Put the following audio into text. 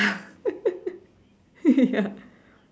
ya